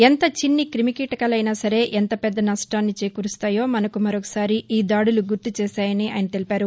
ఎంత చిన్నక్రిమికీటకాలైనా సరే ఎంత పెద్ద నష్టాన్ని చేకూరుస్తాయో మసకు మరొకసారి ఈ దాడులు గుర్తుచేశాయని ఆయన తెలిపారు